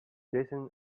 jason